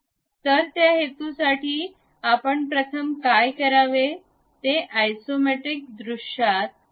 तर त्या हेतूसाठी आपण प्रथम काय करावे ते आयसोमेट्रिक दृश्यात व्यूठेवा